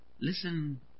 listen